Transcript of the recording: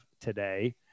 today